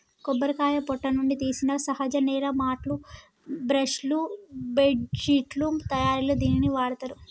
కొబ్బరికాయ పొట్టు నుండి తీసిన సహజ నేల మాట్లు, బ్రష్ లు, బెడ్శిట్లు తయారిలో దీనిని వాడతారు